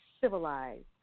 civilized